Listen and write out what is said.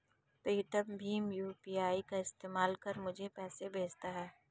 प्रीतम भीम यू.पी.आई का इस्तेमाल कर मुझे पैसे भेजता है